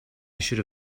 should